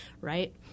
right